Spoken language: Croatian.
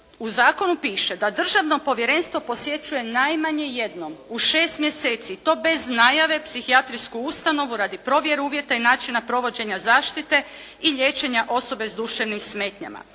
u zakonu piše da državno povjerenstvo posjećuje najmanje jednom u šest mjeseci i to bez najave psihijatrijsku ustanovu radi provjere uvjeta i načina provođenja zaštite i liječenja osobe s duševnim smetnjama.